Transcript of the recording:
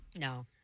No